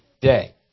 day